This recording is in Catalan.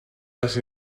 les